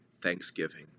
thanksgiving